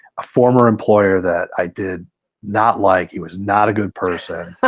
a former employer that i did not like, he was not a good person.